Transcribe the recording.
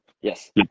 Yes